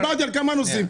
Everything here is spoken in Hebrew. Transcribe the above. דיברתי על כמה נושאים.